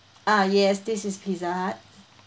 ah yes this is pizza hut